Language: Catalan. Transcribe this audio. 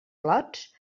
lots